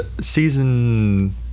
season